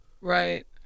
Right